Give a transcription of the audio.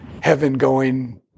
heaven-going